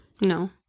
No